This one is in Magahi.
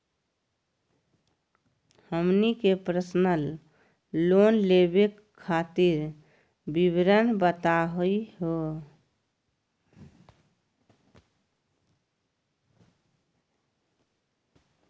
हमनी के पर्सनल लोन लेवे खातीर विवरण बताही हो?